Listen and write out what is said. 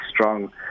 strong